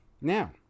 now